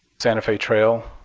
santa fe trail,